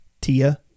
Tia